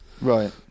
right